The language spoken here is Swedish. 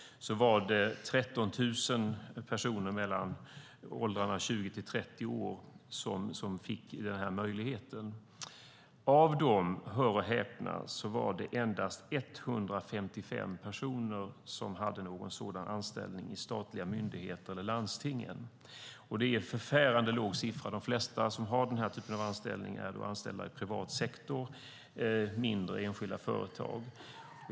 Av dessa var det - hör och häpna - endast 155 personer som hade en sådan anställning i statliga myndigheter eller landsting. Det är en förfärande låg siffra. De flesta som hade denna typ av anställning var alltså anställda i privat sektor, till exempel i mindre, enskilda företag.